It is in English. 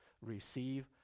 Receive